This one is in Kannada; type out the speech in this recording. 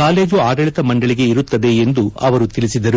ಕಾಲೇಜು ಆಡಳಿತ ಮಂಡಳಿಗೆ ಇರುತ್ತದೆ ಎಂದು ಅವರು ತಿಳಿಸಿದರು